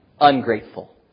Ungrateful